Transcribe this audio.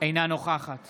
אינה נוכחת